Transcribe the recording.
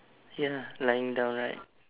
ya lying down right